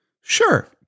Sure